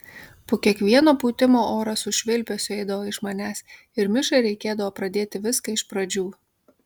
po kiekvieno pūtimo oras su švilpesiu eidavo iš manęs ir mišai reikėdavo pradėti viską iš pradžių